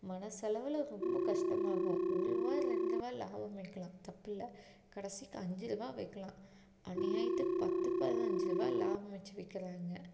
மனசளவில் ரொம்ப கஷ்டமாகும் ஒருருவா ரெண்டு ரூபா லாபம் வைக்கலாம் தப்பில்ல கடைசிக் அஞ்சு ரூபா வைக்கலாம் அநியாயத்துக்கு பத்து பதினைஞ்சி ரூபா லாபம் வைச்சு விற்கிறாங்க